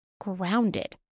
grounded